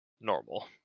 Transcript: normal